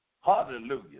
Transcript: Hallelujah